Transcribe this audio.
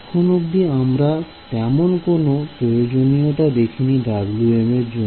এখন অব্দি আমরা তেমন কোনো প্রয়োজনীয়তা দেখায়নি Wm এর জন্য